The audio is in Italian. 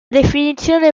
definizione